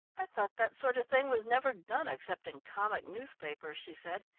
i thought that sort of thing was never done except in comic newspapers, she said,